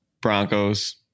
Broncos